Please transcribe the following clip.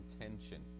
intention